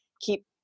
keep